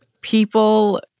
people